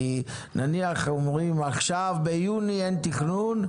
כי נניח אומרים שעכשיו ביוני אין תכנון,